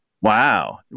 Wow